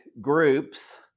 groups